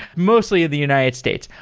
mostly the united states.